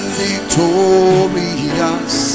victorious